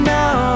now